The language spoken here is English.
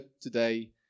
today